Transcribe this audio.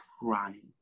crying